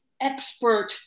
expert